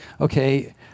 okay